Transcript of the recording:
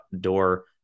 door